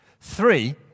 Three